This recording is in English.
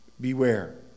Beware